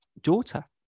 daughter